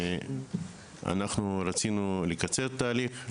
אנחנו רצינו לקצר את התהליך.